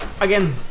again